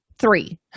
three